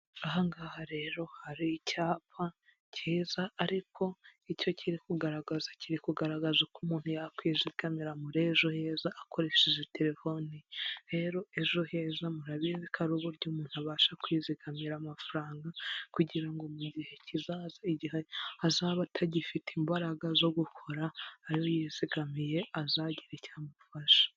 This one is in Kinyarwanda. Aha ngaha rero hari icyapa cyiza, ariko icyo kiri kugaragaza kiri kugaragaza uko umuntu yakwizigamira muri ejo heza akoresheje telefoni ye, rero ejo heza murabizi ko ari uburyo umuntu abasha kwizigamira amafaranga, kugira ngo mu gihe kizaza igihe azaba atagifite imbaraga zo gukora, ayo yizigamiye azagire icyo amufasha.